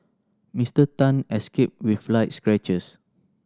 Mister Tan escaped with light scratches